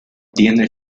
tiene